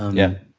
yeah,